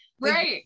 Right